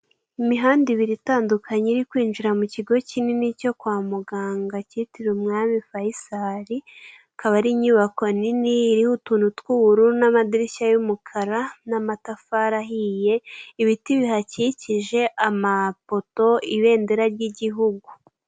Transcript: Imihanda ibiri itandukanye iri kwinjira mu kigo kinini cyo kwa muganga kitiriwe umwami Fayisari akaba ari inyubako nini iriho utuntu tw'ubururu n'amadirishya y'umukara n'amatafari ahiye, ibiti bihakikije, amapoto, ibendera ry'igihugu.